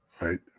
right